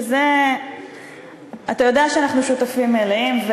שלזה אתה יודע שאנחנו שותפים מלאים,